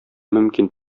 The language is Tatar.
мөмкин